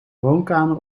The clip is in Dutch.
woonkamer